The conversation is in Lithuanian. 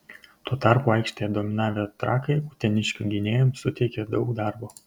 tuo tarpu aikštėje dominavę trakai uteniškių gynėjams suteikė daug darbo